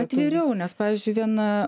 atviriau nes pavyzdžiui viena